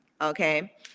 okay